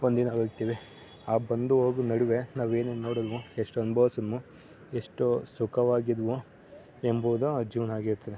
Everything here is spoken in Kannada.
ಒಂದಿನ ಹೋಗ್ತೀವಿ ಆ ಬಂದು ಹೋಗೊ ನಡುವೆ ನಾವು ಏನೇನು ನೋಡಿದ್ವೊ ಎಷ್ಟು ಅನುಭವ್ಸಿದ್ನೋ ಎಷ್ಟು ಸುಖವಾಗಿದ್ದೆನೋ ಎಂಬುದು ಜೀವನ ಆಗಿರುತ್ತದೆ